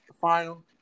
final